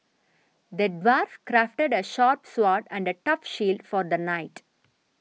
the dwarf crafted a sharp sword and a tough shield for the knight